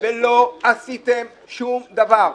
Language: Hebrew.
ולא עשיתם שום דבר.